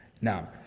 Now